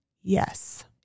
Yes